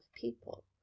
people